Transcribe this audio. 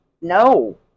no